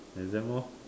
exam hor